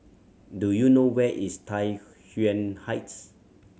do you know where is Tai Yuan Heights